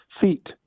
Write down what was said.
feet